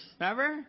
Remember